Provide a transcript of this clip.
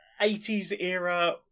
80s-era